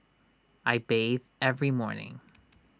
I bathe every morning